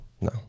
No